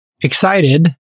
excited